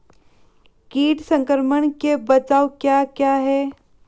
कीट संक्रमण के बचाव क्या क्या हैं?